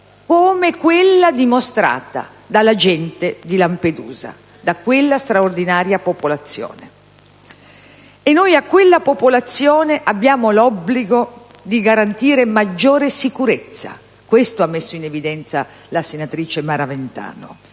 come ci ha dimostrato la gente di Lampedusa. A quella straordinaria popolazione abbiamo l'obbligo di garantire maggiore sicurezza: questo ha messo in evidenza la senatrice Maraventano,